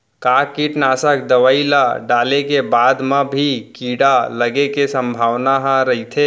का कीटनाशक दवई ल डाले के बाद म भी कीड़ा लगे के संभावना ह रइथे?